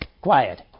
quiet